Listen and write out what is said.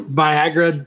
viagra